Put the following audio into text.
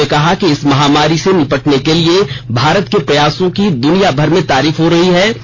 उन्होंने कहा कि इस महामारी से निपटने के लिए भारत के प्रयासों की दुनियाभर में तारीफ हो रही है